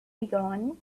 beyond